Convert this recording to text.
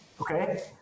Okay